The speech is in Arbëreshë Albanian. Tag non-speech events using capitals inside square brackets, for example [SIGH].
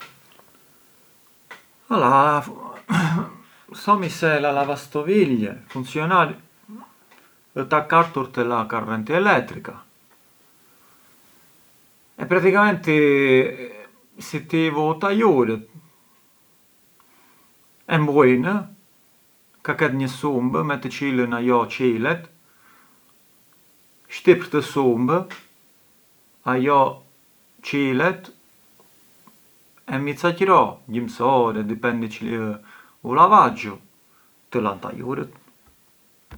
[UNINTELLIGIBLE] thomi se a lavastovigli ë takartur te a correnti elettrica e praticamenti si ti i vu tajurët, e mbyll, ka ket një sumb me të çilën ajo çilet shtyp rtë sumbë e ajo çilet, e mbi ca qëro, gjims ore, dipendi u lavaggiu, të lan tajurët.